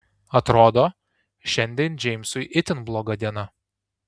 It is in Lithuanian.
atrodo šiandien džeimsui itin bloga diena